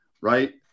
right